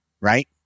Right